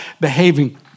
behaving